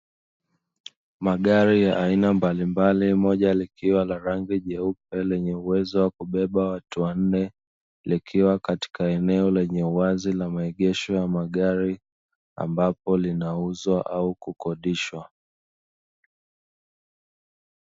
Magari ya aina mbalimbali moja likiwa la rangi nyeupe lenye uwezo wa kubeba watu wanne likiwa katika eneo lenye uwazi la maegesho ya magari, ambapo linauzwa au kukodishwa.